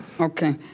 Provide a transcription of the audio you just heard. Okay